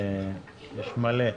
ויש מלא,